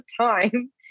time